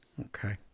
Okay